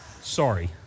Sorry